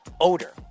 odor